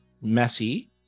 messy